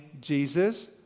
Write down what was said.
Jesus